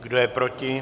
Kdo je proti?